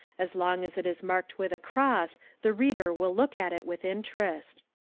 as long as it is marked with a cross the reader will look at it with interest.